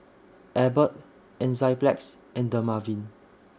Abbott Enzyplex and Dermaveen